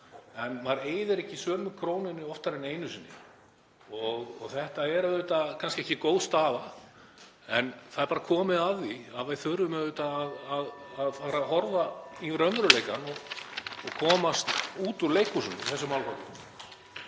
en maður eyðir ekki sömu krónunni oftar en einu sinni. Þetta er auðvitað ekki góð staða, en það er bara komið að því að við þurfum að fara að horfa á raunveruleikann og komast út úr leikhúsunum í þessum málaflokki.